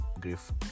grief